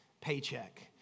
paycheck